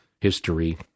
history